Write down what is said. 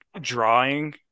drawing